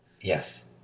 yes